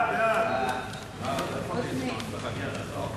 סעיפים 1 5 נתקבלו.